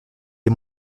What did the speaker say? est